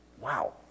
Wow